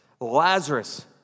Lazarus